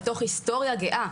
בתוך היסטוריה גאה,